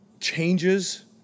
changes